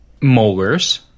Molars